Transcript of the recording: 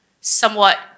somewhat